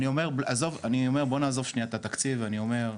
אני אומר, בוא נעזוב שנייה את התקציב, אני אומר,